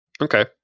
Okay